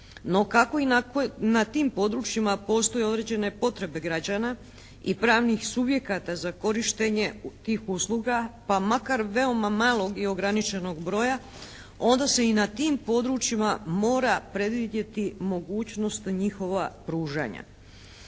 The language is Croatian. no kako i na tim područjima postoje određene potrebe građana i pravnih subjekata za korištenje tih usluga pa makar veoma malog i ograničenog broja onda se i na tim područjima mora predvidjeti mogućnost njihova pružanja.